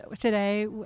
today